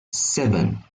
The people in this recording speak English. seven